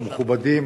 המכובדים,